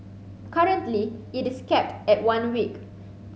currently it is capped at one week